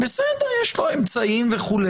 יש לו אמצעים וכו'.